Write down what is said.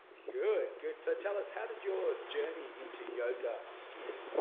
good good, so tell us how did your journey into yoga begin?